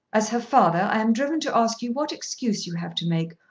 as her father i am driven to ask you what excuse you have to make,